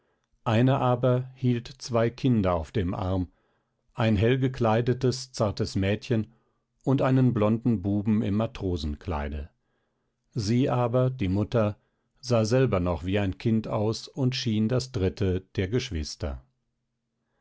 eine aber hielt zwei kinder auf dem arm ein hell gekleidetes zartes mädchen und einen blonden buben im matrosenkleide sie aber die mutter sah selber noch wie ein kind aus und schien das dritte der geschwister